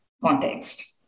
context